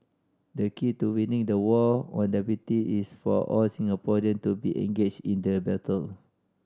the key to winning the war on diabetic is for all Singaporean to be engaged in the battle